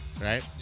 right